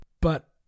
but-